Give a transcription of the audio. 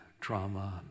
trauma